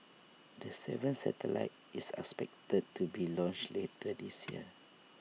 the seventh satellite is expected to be launched later this year